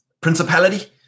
principality